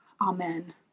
Amen